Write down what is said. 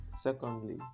secondly